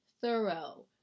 thorough